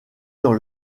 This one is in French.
dans